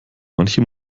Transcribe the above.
manche